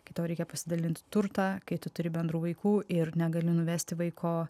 kai tau reikia pasidalinti turtą kai tu turi bendrų vaikų ir negali nuvesti vaiko